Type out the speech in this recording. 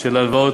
של הלוואות